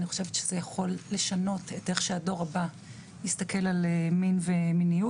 זה יכול לשנות את האופן שהדור הבא יסתכל על מין ומיניות.